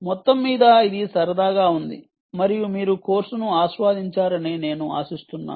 మొత్తంమీద ఇది సరదాగా ఉంది మరియు మీరు కోర్సును ఆస్వాదించారని నేను ఆశిస్తున్నాను